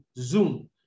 Zoom